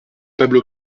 pablo